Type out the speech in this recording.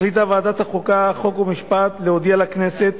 החליטה ועדת החוקה, חוק ומשפט להודיע לכנסת